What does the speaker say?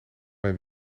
mijn